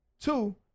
Two